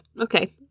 Okay